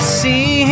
see